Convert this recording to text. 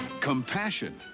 Compassion